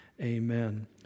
Amen